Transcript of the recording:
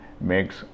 makes